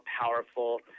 powerful